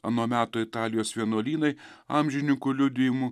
ano meto italijos vienuolynai amžininkų liudijimu